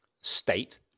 state